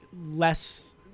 less